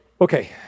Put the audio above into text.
Okay